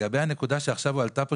לגבי הנקודה שהועלתה פה עכשיו,